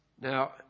Now